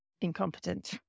incompetent